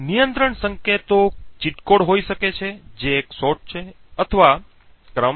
નિયંત્રણ સંકેતો cheat code હોઈ શકે છે જે એક શોટ છે અથવા ક્રમ